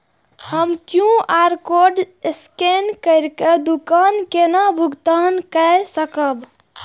हम QR code scan करके दुकान केना भुगतान काय सकब?